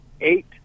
eight